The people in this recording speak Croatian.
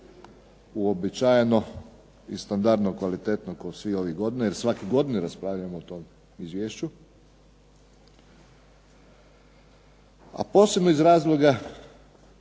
uobičajeno i standardno kvalitetno kao i svih ovih godina jer svake godine raspravljamo o tom izvješću, a posebno iz razloga